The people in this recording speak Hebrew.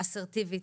אסרטיבית.